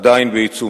עדיין בעיצומם.